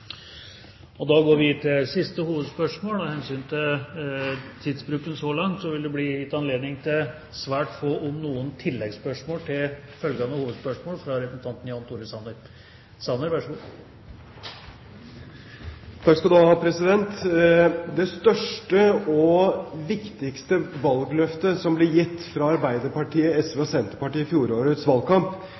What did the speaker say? Da går vi til siste hovedspørsmål. Av hensyn til tidsbruken så langt vil det bli gitt anledning til svært få, om noen, oppfølgingsspørsmål til hovedspørsmålet – fra representanten Jan Tore Sanner. Takk, president. Det største og viktigste valgløftet som ble gitt fra Arbeiderpartiet, SV og Senterpartiet i fjorårets valgkamp,